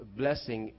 blessing